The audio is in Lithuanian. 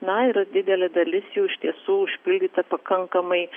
na ir didelė dalis jų iš tiesų užpildyta pakankamai